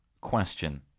question